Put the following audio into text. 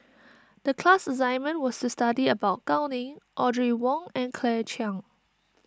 the class assignment was to study about Gao Ning Audrey Wong and Claire Chiang